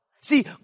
See